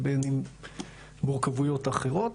ובין ממורכבויות אחרות,